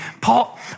Paul